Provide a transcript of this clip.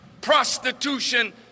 prostitution